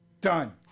Done